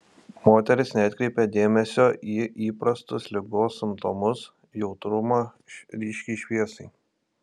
moteris neatkreipė dėmesio į įprastus ligos simptomus jautrumą ryškiai šviesai